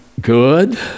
good